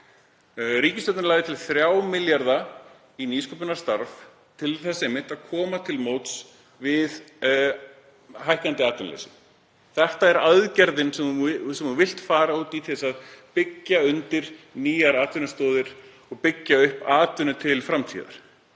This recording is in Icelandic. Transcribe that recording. Ríkisstjórnin lagði til 3 milljarða í nýsköpunarstarf til þess einmitt að koma til móts við hækkandi atvinnuleysi. Þetta er aðgerðin sem maður vill fara í til þess að byggja undir nýjar atvinnustoðir og byggja upp atvinnu til framtíðar.